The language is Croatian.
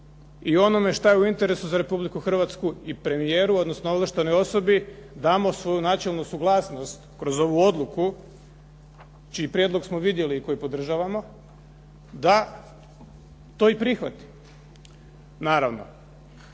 o onome što je u interesu za Republiku Hrvatsku i premijeru odnosno ovlaštenoj osobi damo svoju načelnu suglasnost kroz ovu odluku, čiji prijedlog smo vidjeli i koji podržavamo, da to i prihvatimo. Naravno,